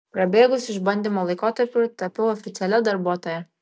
prabėgus išbandymo laikotarpiui tapau oficialia darbuotoja